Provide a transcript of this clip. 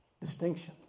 distinction